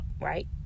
right